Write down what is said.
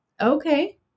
Okay